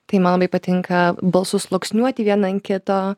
tai man labai patinka balsus sluoksniuoti vieną ant kito